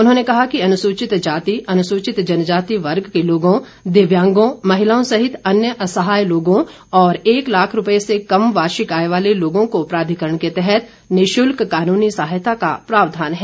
उन्होंने कहा कि अनुसूचित जाति अनुसूचित जनजाति वर्ग के लोगों दिव्यांगों महिलाओं सहित अन्य असहाय लोगों और एक लाख रूपये से कम वार्षिक आय वाले लोगों को प्राधिकरण के तहत निःशुल्क कानूनी सहायता का प्रावधान है